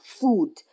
food